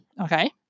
okay